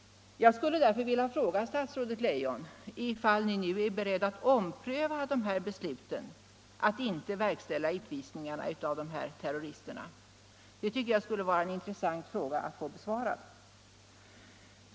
Jag skulle därför vilja fråga statsrådet Leijon ifall ni nu är beredd att ompröva besluten att inte verkställa utvisningarna av de här terroristerna. Det tycker jag skulle vara en intressant fråga att få besvarad.